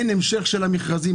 אין המשך של המכרזים,